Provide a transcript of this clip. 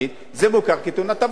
זה מוכר כתאונת עבודה.